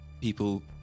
people